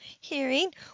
hearing